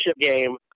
game